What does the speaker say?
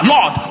Lord